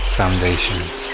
foundations